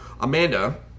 amanda